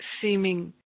seeming